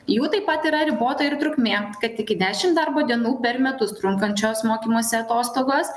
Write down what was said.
jų taip pat yra ribota ir trukmė kad iki dešimt darbo dienų per metus trunkančios mokymosi atostogos